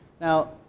Now